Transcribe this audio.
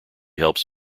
helps